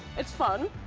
it's fun.